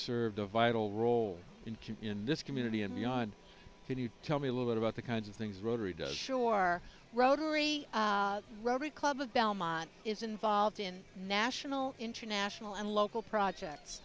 served a vital role in can in this community and can you tell me a little bit about the kinds of things rotary does sure rotary club of belmont is involved in national international and local projects